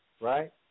right